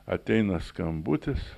ateina skambutis